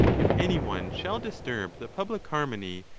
if any one shall disturb the public harmony,